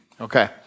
Okay